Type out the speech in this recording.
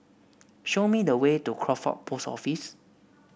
show me the way to Crawford Post Office